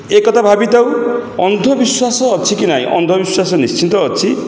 ଏ କଥା ଭାବିଥାଉ ଅନ୍ଧବିଶ୍ୱାସ ଅଛି କି ନାହିଁ ଅନ୍ଧବିଶ୍ୱାସ ନିଶ୍ଚିନ୍ତ ଅଛି